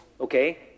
Okay